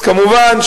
אז כמובן,